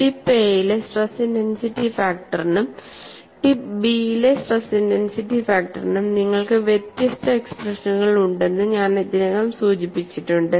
tip എയിലെ stress intensity ഫാക്ടറിനും tip ബിയിലെ സ്ട്രെസ് ഇന്റൻസിറ്റി ഫാക്ടറിനും നിങ്ങൾക്ക് വ്യത്യസ്ത എക്സ്പ്രഷനുകൾ ഉണ്ടെന്ന് ഞാൻ ഇതിനകം സൂചിപ്പിച്ചിട്ടുണ്ട്